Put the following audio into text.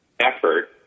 effort